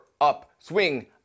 upswing